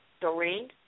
Doreen